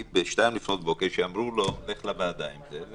ב-02:00 לפנות בוקר, שאמרו לו: לך לוועדה עם זה,